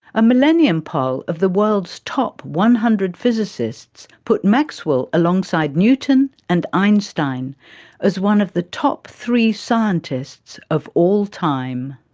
a millennium poll of the world's top one hundred physicists put maxwell alongside newton and einstein as one of the top three scientists of all time.